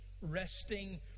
resting